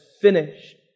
finished